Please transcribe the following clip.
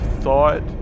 thought